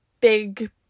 big